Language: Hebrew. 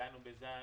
נגענו בזה,